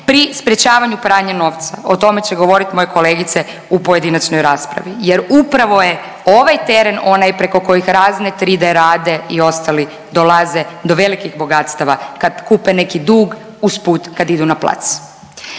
pri sprječavanju pranja novca, o tome će govoriti moje kolegice u pojedinačnoj raspravi jer upravo je ovaj teren onaj preko kojih razne 3D Rade i ostali dolaze do velikih bogatstava kad kupe neki dug usput kad idu na plac.